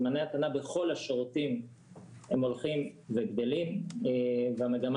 זמני המתנה בכל השירותים הולכים וגדלים והמגמה